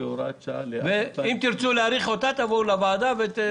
אם תרצו להאריך אותה תבואו לוועדה.